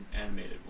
animated